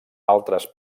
altres